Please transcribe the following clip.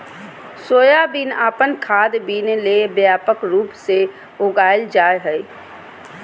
soybean अपन खाद्य bean ले व्यापक रूप से उगाल जा हइ